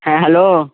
হ্যাঁ হ্যালো